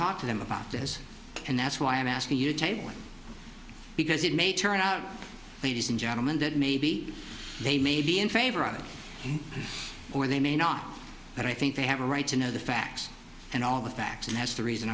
talk to them about this and that's why i'm asking you to take one because it may turn out ladies and gentlemen that maybe they may be in favor of it or they may not but i think they have a right to know the facts and all the facts and as the reason